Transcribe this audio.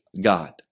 God